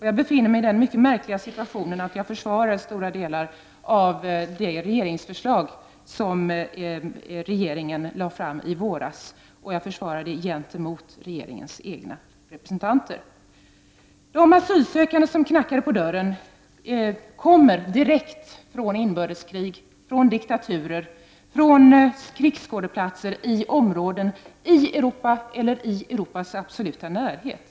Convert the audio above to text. Jag befinner mig i den mycket märkliga situationen att jag försvarar stora delar av det regeringsförslag som lades fram i våras, och jag försvarar det gentemot regeringens egna representanter. De asylsökande som knackar på dörren kommer direkt från inbördeskrig, från diktaturer, från krigsskådeplatser i områden i Europa eller i Europas absoluta närhet.